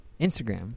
Instagram